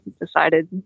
decided